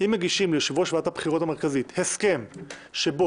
אם מגישים ליושב-ראש ועדת הבחירות המרכזית הסכם שבו